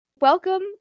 welcome